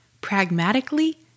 pragmatically